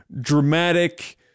dramatic